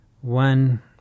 One